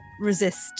resist